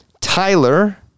Tyler